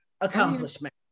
accomplishment